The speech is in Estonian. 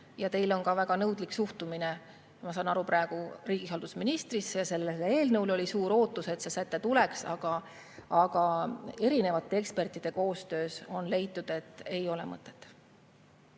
ja teil on ka väga nõudlik suhtumine, ma saan praegu aru, riigihalduse ministrisse ja sellele eelnõule oli suur ootus, et see säte tuleks, aga erinevate ekspertide koostöös on leitud, et ei ole mõtet.